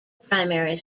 primary